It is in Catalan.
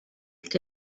que